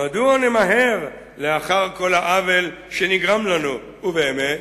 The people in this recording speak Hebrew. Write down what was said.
מדוע נמהר לאחר כל העוול שנגרם לנו?" ובאמת,